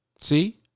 See